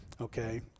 Okay